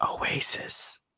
oasis